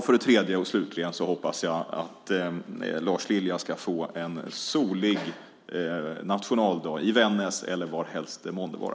För det tredje och slutligen hoppas jag att Lars Lilja ska få en solig nationaldag i Vännäs eller varhelst det månde vara.